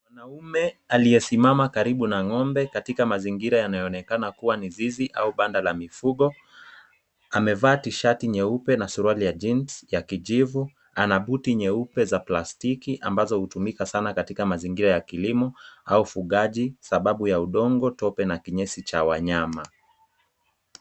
Mwanaume aliyesimama karibu na ng'ombe katika mazingira yanayoonekana kuwa ni zizi au banda la mifugo, amevaa t-shirt nyeupe na suruali ya jeans ya kijivu. Ana buti nyeupe za plastiki ambazo hutumika sana katika mazingira ya kilimo au ufugaji, sababu ya udongo, tope na kinyesi cha wanyama.